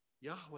Yahweh